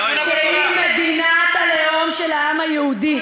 שהיא מדינת הלאום של העם היהודי,